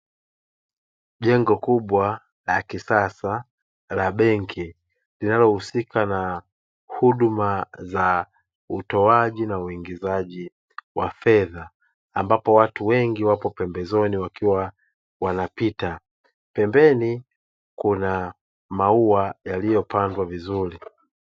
Jengo kubwa la kisasa la benki linalohusika na huduma za utoaji na uingizaji wa fedha, ambapo watu wengi wapo pembezoni wakiwa wanapita, pembeni kuna maua yaliyopandwa vizuri.